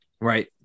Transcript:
right